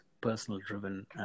personal-driven